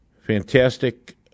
fantastic